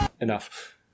Enough